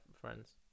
friends